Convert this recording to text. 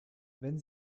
wenn